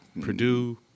Purdue